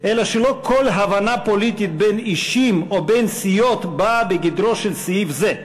אלא שלא כל הבנה פוליטית בין אישים או בין סיעות באה בגדרו של סעיף זה,